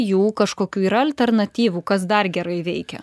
jų kažkokių yra alternatyvų kas dar gerai veikia